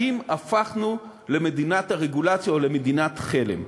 הפכנו למדינת הרגולציה או למדינת חלם.